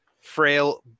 frail